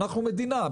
אנחנו מדינה,